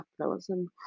capitalism